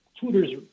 tutors